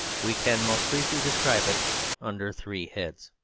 we can most briefly describe it under three heads.